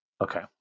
Okay